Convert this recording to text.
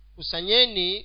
Kusanyeni